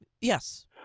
Yes